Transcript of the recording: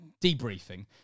debriefing